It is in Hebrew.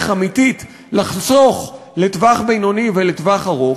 אמיתית לחסוך לטווח בינוני ולטווח ארוך,